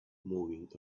moving